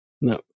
no